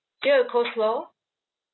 is there a coleslaw